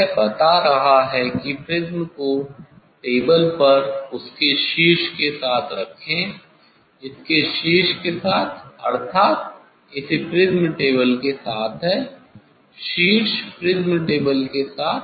यह बता रहा है कि प्रिज्म को टेबल पर उसके शीर्ष के साथ रखें इसके शीर्ष के साथ अर्थात इसे प्रिज्म टेबल के साथ है शीर्ष प्रिज्म टेबल के साथ